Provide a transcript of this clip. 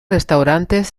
restaurantes